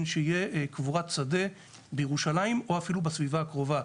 שתהיה קבורת שדה בירושלים או אפילו בסביבה הקרובה,